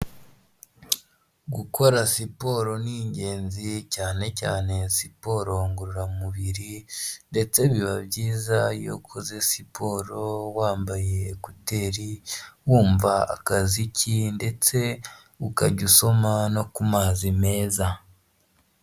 gukora siporo ni ingenzi cyane cyane siporo ngororamubiri ndetse biba byiza iyokoze siporo wambaye guteri wumva akaziki ndetse ukajya usoma no ku mazi meza